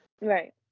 Right